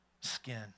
skin